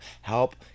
Help